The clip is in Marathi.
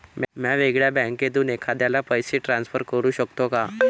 म्या वेगळ्या बँकेतून एखाद्याला पैसे ट्रान्सफर करू शकतो का?